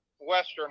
western